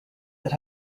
that